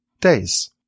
days